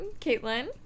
Caitlin